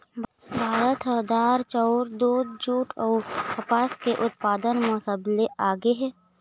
भारत ह दार, चाउर, दूद, जूट अऊ कपास के उत्पादन म सबले आगे हे